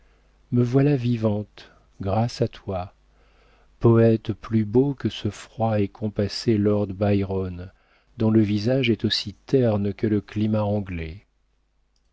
me voilà vivante grâce à toi poëte plus beau que ce froid et compassé lord byron dont le visage est aussi terne que le climat anglais